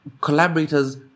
collaborators